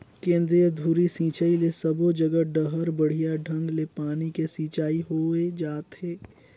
केंद्रीय धुरी सिंचई ले सबो जघा डहर बड़िया ढंग ले पानी के सिंचाई होय जाथे